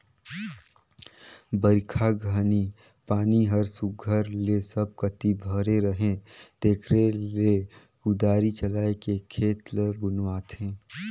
बरिखा घनी पानी हर सुग्घर ले सब कती भरे रहें तेकरे ले कुदारी चलाएके खेत ल बनुवाथे